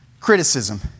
Criticism